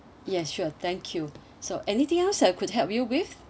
yes sure thank you so anything else I have could help you with